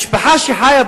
אלף שנה.